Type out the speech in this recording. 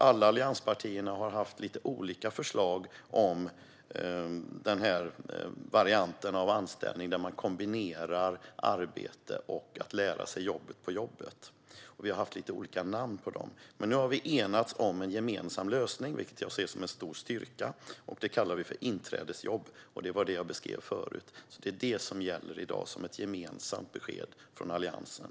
Alla allianspartier har haft lite olika förslag och namn på anställningsformen där man kombinerar arbete och att lära sig jobbet på jobbet. Men nu har vi enats om en gemensam lösning, vilket jag ser som en styrka, och vi kallar det inträdesjobb. Det var det jag beskrev förut, och det är det som gäller i dag som ett gemensamt besked från Alliansen.